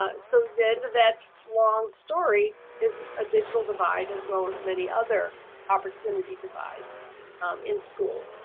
ah so then that long story is a digital divide as well as many other opportunity divides in schools.